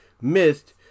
missed